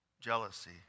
jealousy